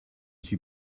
suis